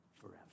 forever